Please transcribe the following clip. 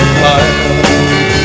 fire